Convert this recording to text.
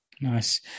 Nice